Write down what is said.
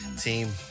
Team